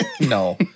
No